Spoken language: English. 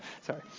sorry